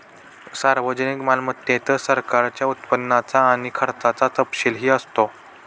सार्वजनिक मालमत्तेत सरकारच्या उत्पन्नाचा आणि खर्चाचा तपशीलही असतो